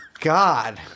God